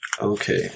Okay